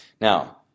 Now